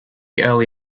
early